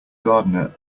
gardener